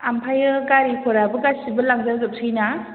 ओमफ्राय गारिफोराबो गासैबो लांजाजोब हायो ना